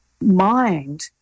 mind